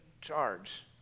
charge